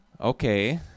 Okay